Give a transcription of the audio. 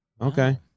Okay